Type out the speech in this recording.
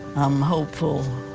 i'm hopeful.